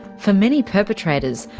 for many perpetrators,